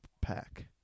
pack